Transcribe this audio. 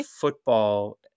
football